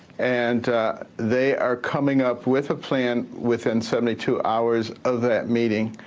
and they are coming up with a plan within seventy two hours of that meeting.